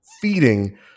feeding